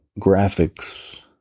graphics